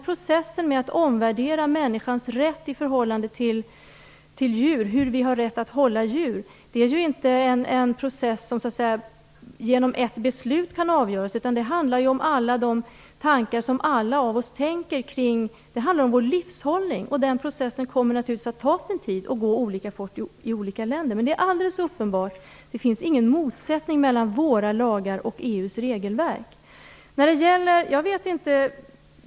Processen att omvärdera människans rätt att hålla djur kan inte avgöras genom ett enda beslut, utan det handlar om alla de tankar som vi alla har om detta, om vår livshållning. Den processen kommer naturligtvis att ta sin tid och att vara olika snabb i olika länder, men det är alldeles uppenbart att det inte finns någon motsättning mellan våra lagar och EU:s regelverk.